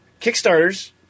Kickstarters